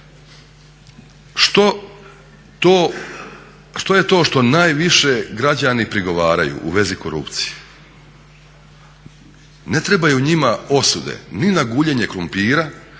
što je to što najviše građani prigovaraju u vezi korupcije? Ne trebaju njima osude ni na guljenje krumpira,